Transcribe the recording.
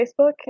facebook